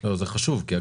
מה המדד של